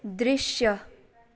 दृश्य